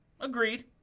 Agreed